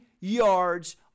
yards